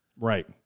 right